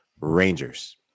Rangers